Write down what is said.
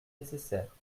nécessaire